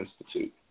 institute